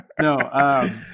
No